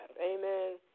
Amen